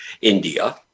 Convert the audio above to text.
India